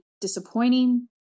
disappointing